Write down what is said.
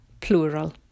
plural